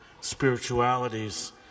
spiritualities